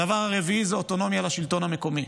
הדבר הרביעי הוא אוטונומיה לשלטון המקומי,